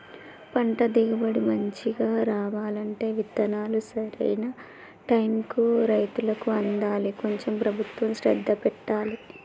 పంట దిగుబడి మంచిగా రావాలంటే విత్తనాలు సరైన టైముకు రైతులకు అందాలి కొంచెం ప్రభుత్వం శ్రద్ధ పెట్టాలె